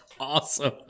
awesome